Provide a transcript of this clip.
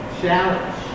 challenge